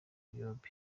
byombi